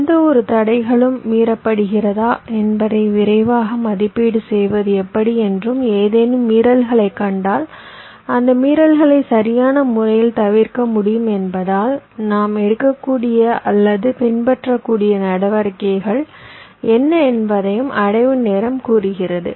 எந்தவொரு தடைகளும் மீறப்படுகிறதா என்பதை விரைவாக மதிப்பீடு செய்வது எப்படி என்றும் ஏதேனும் மீறல்களைக் கண்டால் அந்த மீறல்களை சரியான முறையில் தவிர்க்க முடியும் என்பதால் நாம் எடுக்கக்கூடிய அல்லது பின்பற்றக்கூடிய நடவடிக்கைகள் என்ன என்பதையும் அடைவு நேரம் கூறுகிறது